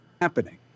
Happening